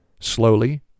Slowly